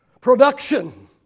Production